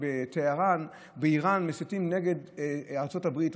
כשבאיראן מסיתים נגד ארצות הברית,